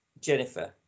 Jennifer